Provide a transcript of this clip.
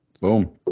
Boom